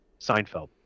Seinfeld